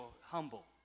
humble